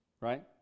right